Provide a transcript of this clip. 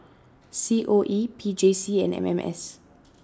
C O E P J C and M M S